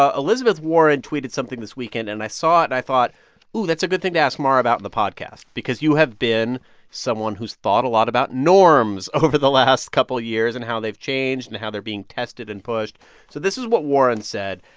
ah elizabeth warren tweeted something this weekend. and i saw it, and i thought ooh, that's a good thing to ask mara about on the podcast because you have been someone who's thought a lot about norms over the last couple of years and how they've changed and how they're being tested and pushed so this is what warren said.